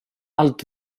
alt